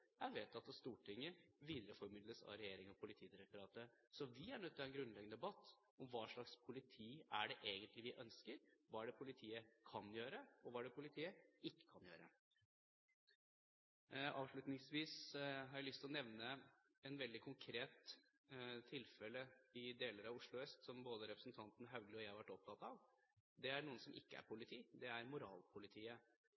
Stortinget og videreformidles av regjeringen og Politidirektoratet. Så vi er nødt til å ha en grunnleggende debatt om hva slags politi det er vi egentlig ønsker, hva det er politiet kan gjøre, og hva politiet ikke kan gjøre. Avslutningsvis har jeg lyst til å nevne et veldig konkret tilfelle i deler av Oslo øst som både representanten Haugli og jeg har vært opptatt av. Det er noe som ikke er